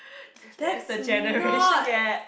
that's the generation gap